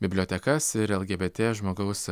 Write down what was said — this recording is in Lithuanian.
bibliotekas ir lgbt žmogaus